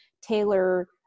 tailor